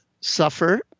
suffer